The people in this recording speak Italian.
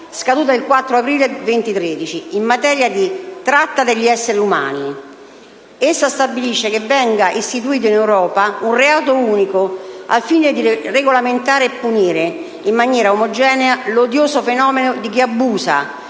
scaduta il 4 aprile 2013, in materia di tratta di esseri umani. Essa stabilisce che venga istituito in Europa un reato unico al fine di regolamentare e punire in maniera omogenea l'odioso fenomeno di chi abusa,